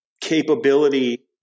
capability